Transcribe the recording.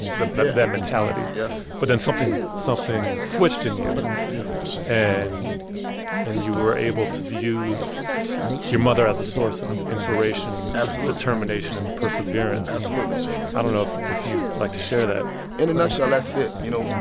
that that mentality yes but then something something switched in you yeah and and you were able to to use your mother as a source of inspiration. absolutely. determination and perseverance absolutely i don't know if if you'd like to share that in a nutshell, that's it. you know,